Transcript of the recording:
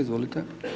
Izvolite.